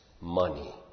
money